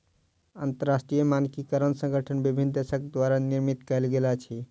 अंतरराष्ट्रीय मानकीकरण संगठन विभिन्न देसक द्वारा निर्मित कयल गेल अछि